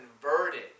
converted